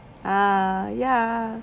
ah ya